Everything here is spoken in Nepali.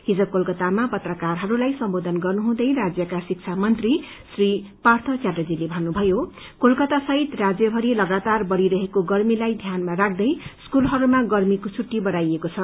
हिज कोलकतामा पत्रकारहरूलाई सम्बोधन गर्नुहँदै राज्यका शिब्रा मन्त्री श्री पार्य च्याटर्जीले भन्नभयो कोलकता सहित राज्यभरि लगातार बढ़िरहेको गर्मीलाई ध्यानमा राख्नै स्कूलहरूमा गर्मीको फुट्टी बढ़ाइएको छ